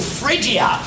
Phrygia